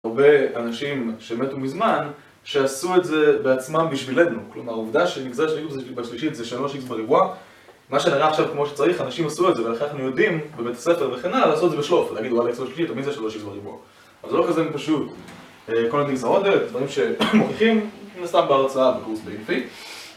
הרבה אנשים שמתו מזמן, שעשו את זה בעצמם בשבילנו. כלומר, העובדה שנגזרת של x בשלישית זה 3x בריבוע, מה שנראה עכשיו כמו שצריך, אנשים עשו את זה וכך, אנחנו יודעים, בבית הספר וכן הלאה, לעשות את זה בשלוף להגיד, וואלה x בשלישית, תמיד זה 3x בריבוע. אבל זה לא כזה פשוט. כל הנגזרות האלה זה בעיות שמוכיחים, מן הסתם בהרצאה בקורס באנפי